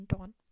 on